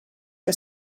que